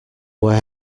where